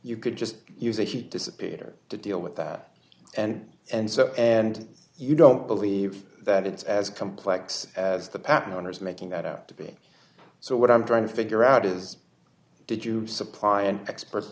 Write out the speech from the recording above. you could just use a heap disappear to deal with that and and so and you don't believe that it's as complex as the patent owners making that out to be so what i'm trying to figure out is did you supply an expert